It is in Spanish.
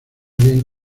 bien